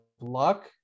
luck